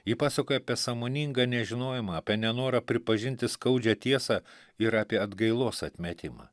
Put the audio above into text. ji pasakoja apie sąmoningą nežinojimą apie nenorą pripažinti skaudžią tiesą ir apie atgailos atmetimą